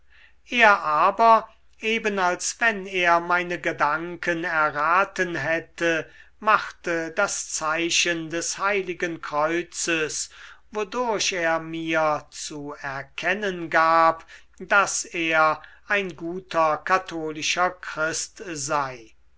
er aber eben als wenn er meine gedanken erraten hätte machte das zeichen des heiligen kreuzes wodurch er mir zu erkennen gab daß er ein guter katholischer christ sei